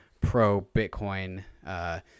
pro-Bitcoin